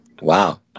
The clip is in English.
Wow